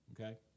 Okay